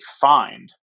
find